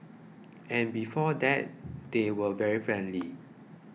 and before that they were very friendly